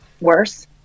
worse